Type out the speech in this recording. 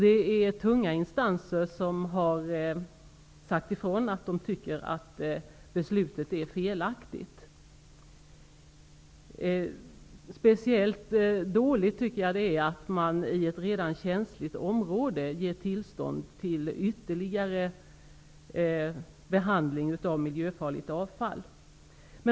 Det är tunga instanser som har sagt ifrån att de anser att beslutet är felaktigt. Speciellt dåligt tycker jag att det är att man i ett redan känsligt område ger tillstånd till ytterligare behandling av miljöfarligt avfall.